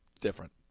different